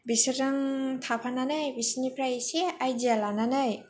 बिसोरजों थाफानानै बिसोरनिफ्राय एसे आइडिया लानानै